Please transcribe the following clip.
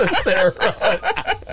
Sarah